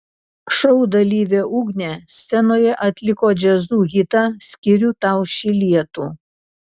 šou dalyvė ugnė scenoje atliko jazzu hitą skiriu tau šį lietų